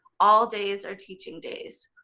all days are teaching days.